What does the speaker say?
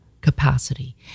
capacity